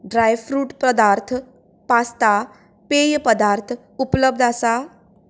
dry fruit पदार्थ pasta पेय पदार्थ उपलब्ध आसा